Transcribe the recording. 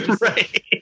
right